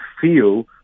feel